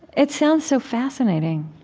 it sounds so fascinating